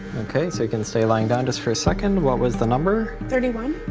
okay, so you can say lying down just for a second. what was the number? thirty one.